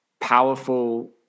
powerful